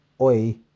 oi